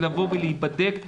לבוא להיבדק,